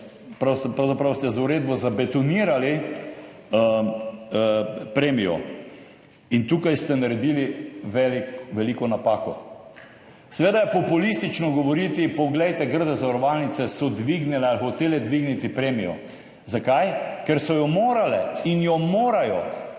pravzaprav ste z uredbo zabetonirali premijo. In tukaj ste naredili veliko napako. Seveda je populistično govoriti, poglejte, grde zavarovalnice so dvignile, hotele dvigniti premijo. Zakaj? Ker so jo morale in jo morajo!